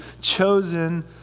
chosen